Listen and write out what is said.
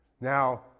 Now